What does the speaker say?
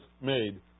made